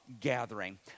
gathering